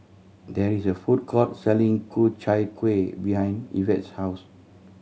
there is a food court selling Ku Chai Kueh behind Evette's house